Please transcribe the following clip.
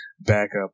backup